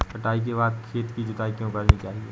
कटाई के बाद खेत की जुताई क्यो करनी चाहिए?